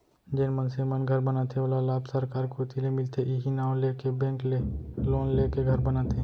जेन मनसे मन घर बनाथे ओला लाभ सरकार कोती ले मिलथे इहीं नांव लेके बेंक ले लोन लेके घर बनाथे